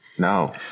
No